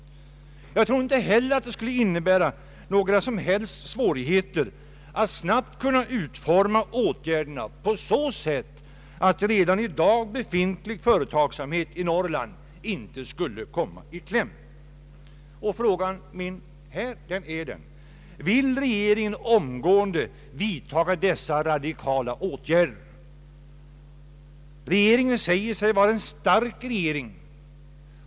Jag tror inte heller att det skulle innebära några som helst svårigheter att snabbt utforma åtgärderna på så sätt att redan befintlig företagsamhet i Norrland inte skulle komma i kläm. Min fråga är: Vill regeringen omgående vidtaga dessa radikala åtgärder? Regeringen säger sig vara en stark regering.